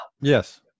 Yes